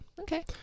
Okay